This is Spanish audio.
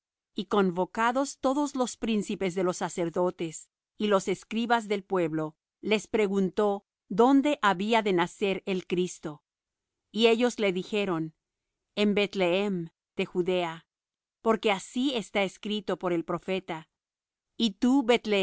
y convocados todos los príncipes de los sacerdotes y los escribas del pueblo les preguntó dónde había de nacer el cristo y ellos le dijeron en bethlehem de judea porque así está escrito por el profeta y tú